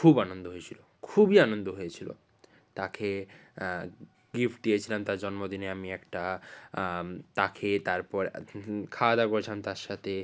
খুব আনন্দ হয়েছিলো খুবই আনন্দ হয়েছিলো তাকে গিফ্ট দিয়েছিলাম তার জন্মদিনে আমি একটা তাকে তারপর খাওয়া দাওয়া করেছিলাম তার সাথে